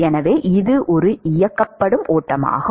எனவே இது ஒரு இயக்கப்படும் ஓட்டமாகும்